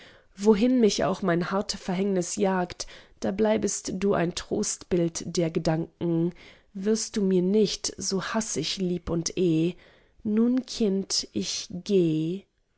wohin mich auch mein hart verhängnis jagt da bleibest du ein trostbild der gedanken wirst du mir nicht so hass ich lieb und eh nun kind ich geh